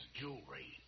jewelry